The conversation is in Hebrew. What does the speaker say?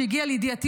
שהגיע לידיעתי,